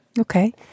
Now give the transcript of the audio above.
Okay